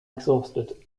exhausted